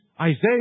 Isaiah